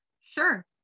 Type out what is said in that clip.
Sure